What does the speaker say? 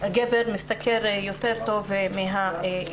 הגבר משתכר יותר טוב מהאישה.